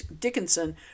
Dickinson